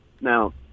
Now